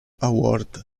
award